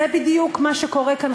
זה בדיוק מה שקורה כאן,